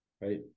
right